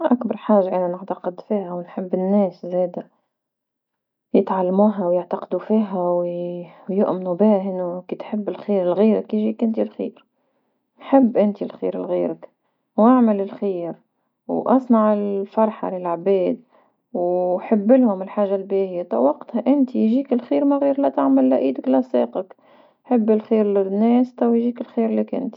أكبر حاجة انا نعتقد فيها ونحب الناس زادة يتعلموها ويعتقدوا فيها ويؤمنوا بيها أنو كي تحب الخير لغيرك يجيك نتي الخير، حب انت الخير لغيرك واعمل الخير واصنع الفرحة للعباد وحبلهم حاجة الباهية تو وقتها انت يجيك الخير من غير لا تعمل لا ايدك لا ساقك، حبي الخير للناس تو يجيك الخير لك انت.